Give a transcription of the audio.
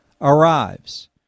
arrives